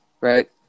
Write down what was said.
right